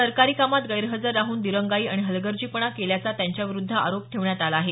सरकारी कामात गैरहजर राहून दिरंगाई आणि हलगर्जीपणा केल्याचा त्यांच्याविरुद्ध आरोप ठेवण्यात आला आहे